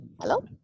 Hello